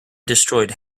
destroyed